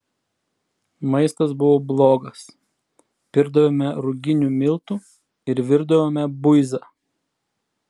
maistas buvo blogas pirkdavome ruginių miltų ir virdavome buizą